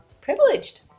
privileged